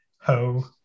Ho